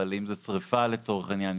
אבל אם זה שריפה לצורך העניין.